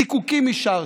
זיקוקים אישרתם,